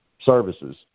services